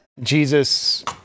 Jesus